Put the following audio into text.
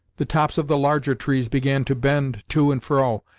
the tops of the larger trees began to bend to and fro,